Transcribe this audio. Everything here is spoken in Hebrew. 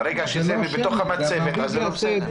ברגע שזה בתוך המצבת, אז זה לא בסדר.